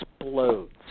explodes